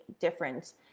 difference